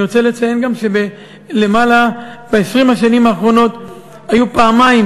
אני רוצה לציין גם שב-20 השנים האחרונות היו פעמיים,